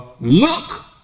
Look